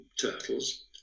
Turtles